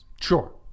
Sure